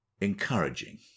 encouraging